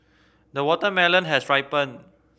the watermelon has ripened